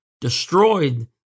destroyed